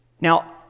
Now